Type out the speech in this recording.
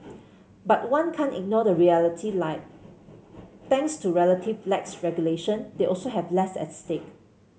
but one can't ignore the reality like thanks to relative lax regulation they also have less at stake